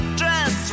dress